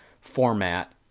format